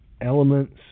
elements